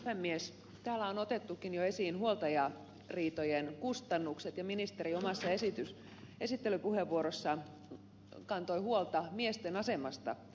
täällä on otettukin jo esiin huoltajariitojen kustannukset ja ministeri omassa esittelypuheenvuorossaan kantoi huolta miesten asemasta huoltajuusriidoissa